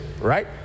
right